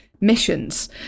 missions